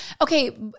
Okay